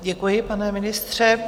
Děkuji, pane ministře.